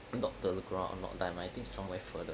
not telok kurau not damai I think somewhere further